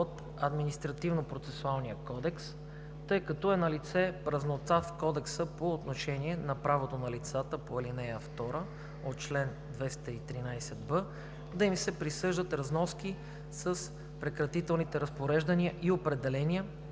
от Административнопроцесуалния кодекс, тъй като е налице празнота в Кодекса по отношение на правото на лицата по ал. 2 от чл. 213б, да им се присъждат разноски с прекратителните разпореждания и определения,